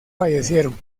fallecieron